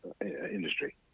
industry